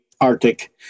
Arctic